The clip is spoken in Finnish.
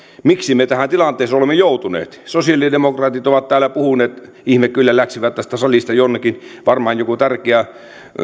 miksi me tähän tilanteeseen olemme joutuneet sosiaalidemokraatit ovat täällä puhuneet ihme kyllä läksivät tästä salista jonnekin varmaan on joku tärkeä